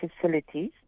facilities